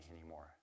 anymore